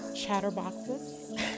chatterboxes